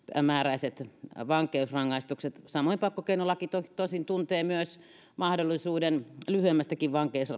määräisistä vankeusrangaistuksista samoin pakkokeinolaki tosin tuntee myös mahdollisuuden lyhyemmästäkin